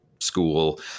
school